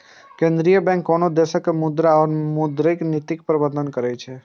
केंद्रीय बैंक कोनो देशक मुद्रा और मौद्रिक नीतिक प्रबंधन करै छै